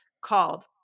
called